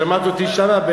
שמעת אותי שם?